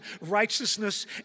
righteousness